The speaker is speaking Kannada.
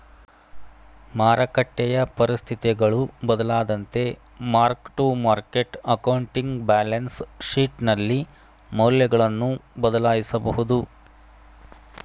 ಮಾರಕಟ್ಟೆಯ ಪರಿಸ್ಥಿತಿಗಳು ಬದಲಾದಂತೆ mark to market accounting balance ಶೀಟ್ನಲ್ಲಿ ಮೌಲ್ಯಗಳನ್ನು ಬದಲಾಯಿಸಬಹುದು